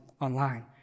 online